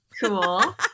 Cool